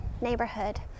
neighborhood